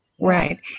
Right